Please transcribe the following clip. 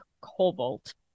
cobalt